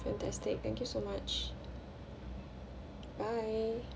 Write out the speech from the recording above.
fantastic thank you so much bye